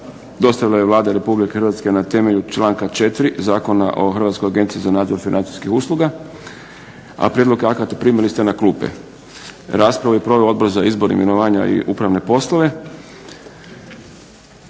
dostavila je Vlada Republike Hrvatske na temelju članka 4. Zakona o Hrvatskoj agenciji za nadzor financijskih usluga. Prijedlog akata primili ste na klupe. Raspravu je proveo Odbor za izbor, imenovanja i upravne poslove.